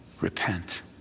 Repent